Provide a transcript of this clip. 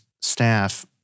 staff